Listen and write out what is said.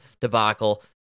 debacle